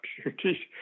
opportunities